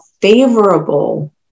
favorable